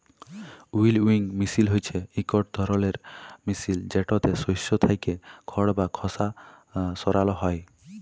উইলউইং মিশিল হছে ইকট ধরলের মিশিল যেটতে শস্য থ্যাইকে খড় বা খসা সরাল হ্যয়